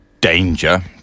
Danger